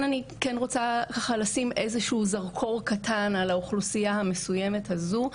אני רוצה לשים כאן איזה שהוא זרקור קטן על האוכלוסייה המסוימת הזו,